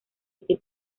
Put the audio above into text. este